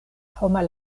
homa